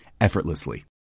effortlessly